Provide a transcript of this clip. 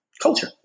culture